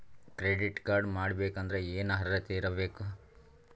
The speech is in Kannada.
ಕ್ರೆಡಿಟ್ ಕಾರ್ಡ್ ಪಡಿಬೇಕಂದರ ಏನ ಅರ್ಹತಿ ಇರಬೇಕು?